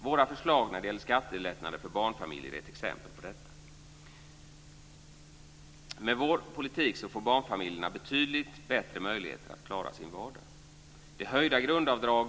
Våra förslag när det gäller skattelättnader för barnfamiljer är ett exempel på detta. Med vår politik får barnfamiljerna betydligt bättre möjligheter att klara sin vardag.